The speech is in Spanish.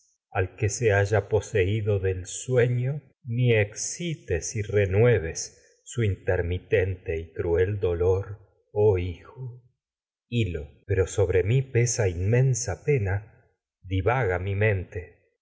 seído que no del sueño ni excites renueves su intermitente y cruel dolor hil lo oh hijo sobre mi pesa pero inmensa pena divaga mi mente